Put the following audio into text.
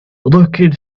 looking